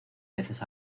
veces